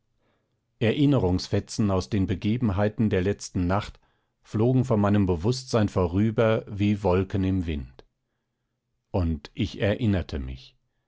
erinnerungsfetzen aus den begebenheiten der letzten nacht flogen vor meinem bewußtsein vorüber wie wolken im wind und ich erinnerte mich